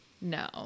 No